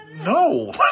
no